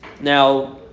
Now